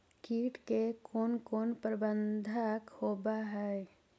किट के कोन कोन प्रबंधक होब हइ?